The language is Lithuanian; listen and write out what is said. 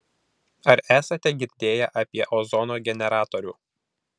ar esate girdėję apie ozono generatorių